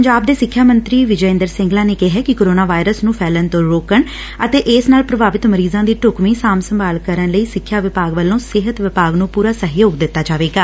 ਪੰਜਾਬ ਦੇ ਸਿੱਖਿਆ ਮੰਤਰੀ ਵਿਜੈ ਇੰਦਰ ਸਿੰਗਲਾ ਨੇ ਕਿਹਾ ਕਿ ਕੋਰੋਨਾਵਾਇਰਸ ਨੂੰ ਫੈਲਣ ਤੋ ਰੋਕਣ ਅਤੇ ਇਸ ਨਾਲ ਪੂਭਾਵਿਤ ਮਰੀਜ਼ਾਂ ਦੀ ਸਾਂਭ ਸੰਭਾਲ ਲਈ ਸਿੱਖਿਆ ਵਿਭਾਗ ਵੱਲੋਂ ਸਿਹਤ ਵਿਭਾਗ ਨੁੰ ਪੁਰਾ ਸਹਿਯੋਗ ਦਿੱਤਾ ਜਾਵੇਗਾ